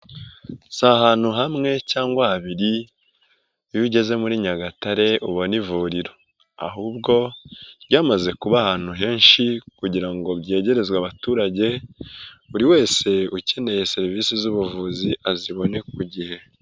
Si ahantu hamwe cyangwa habiri, iyo ugeze muri Nyagatare ubona ivuriro, ahubwo byamaze kuba ahantu henshi kugira ngo byegerezwe abaturage buri wese ukeneye serivise z'ubuvuzi azibone ku gihe.